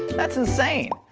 that's insane!